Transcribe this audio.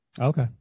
Okay